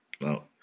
No